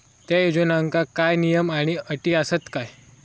त्या योजनांका काय नियम आणि अटी आसत काय?